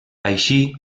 així